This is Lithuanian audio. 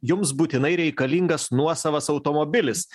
jums būtinai reikalingas nuosavas automobilis